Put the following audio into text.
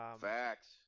Facts